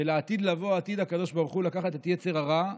שלעתיד לבוא עתיד הקדוש ברוך הוא לקחת את יצר הרע,